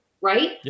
right